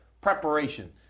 preparation